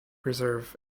reserve